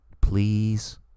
please